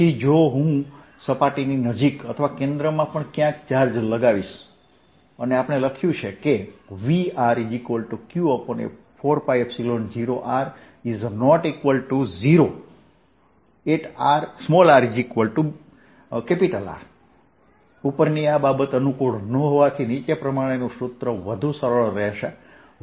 પછી જો હું સપાટીની નજીક અથવા કેન્દ્રમાં પણ ક્યાંક ચાર્જ લગાવીશ અને આપણે લખ્યું છે કે Vrq4π0r≠0 at rR ઉપરની બાબત અનુકૂળ ન હોવાથી નીચે પ્રમાણે નું સૂત્ર વધુ સરળ રહેશે